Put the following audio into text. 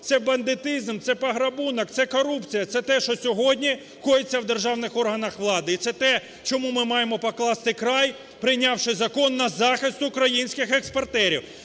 Це бандитизм, це пограбунок, це корупція, це те, що сьогодні коїться в державних органах влади. І це те чому ми маємо покласти край прийнявши закон на захист українських експортерів.